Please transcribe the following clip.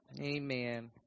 Amen